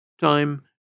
Time